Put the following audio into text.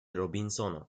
robinsono